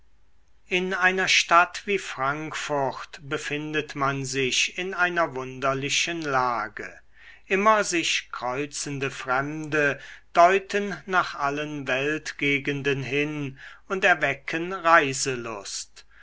in einer stadt wie frankfurt befindet man sich in einer wunderlichen lage immer sich kreuzende fremde deuten nach allen weltgegenden hin und erwecken reiselust